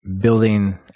building